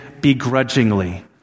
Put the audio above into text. begrudgingly